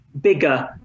bigger